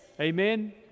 Amen